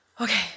Okay